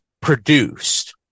produced